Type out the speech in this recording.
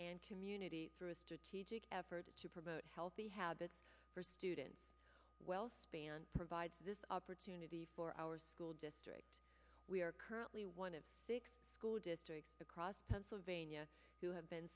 and community through a strategic effort to promote healthy habits for students well span provides this opportunity for our school district we are currently one of six school districts across pennsylvania who have been